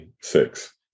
six